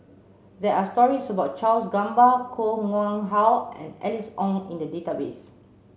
there are stories about Charles Gamba Koh Nguang How and Alice Ong in the database